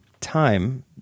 time